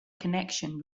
connection